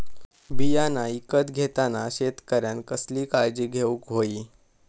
बियाणा ईकत घेताना शेतकऱ्यानं कसली काळजी घेऊक होई?